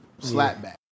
slapback